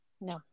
No